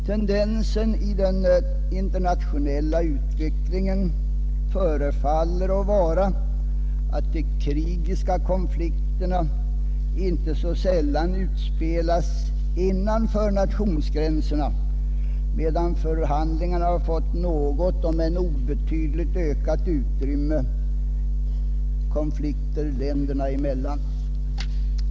Tendensen i den internationella utvecklingen förefaller vara att de krigiska konflikterna inte så sällan utspelas innanför nationsgränserna, medan förhandlingar har fått något om än obetydligt ökat utrymme vid konflikter länderna emellan.